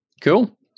cool